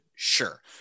Sure